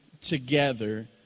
together